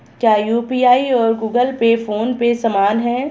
क्या यू.पी.आई और Google Pay PhonePe समान हैं?